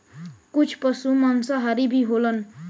कुछ पसु मांसाहारी भी होलन